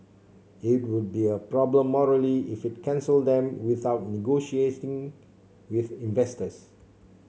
it would be a problem morally if it cancelled them without negotiating with investors